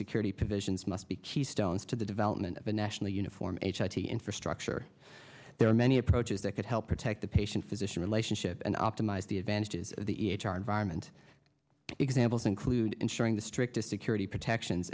security provisions must be keystones to the development of a national uniform has he infrastructure there are many approaches that could help protect the patient physician relationship and optimize the advantages of the e h r environment examples include ensuring the strictest security protections